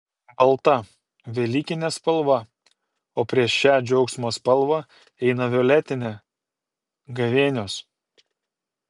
balta velykinė spalva o prieš šią džiaugsmo spalvą eina violetinė gavėnios